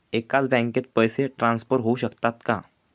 एकाच बँकेत पैसे ट्रान्सफर होऊ शकतात का?